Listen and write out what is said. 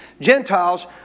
Gentiles